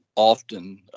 often